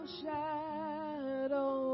shadow